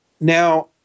Now